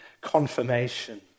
confirmation